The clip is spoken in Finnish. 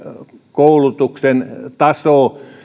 koulutuksen taso ja